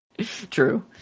true